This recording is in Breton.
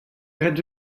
graet